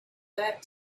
that